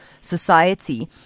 society